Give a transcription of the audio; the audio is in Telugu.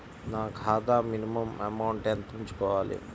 నా ఖాతా మినిమం అమౌంట్ ఎంత ఉంచుకోవాలి?